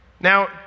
Now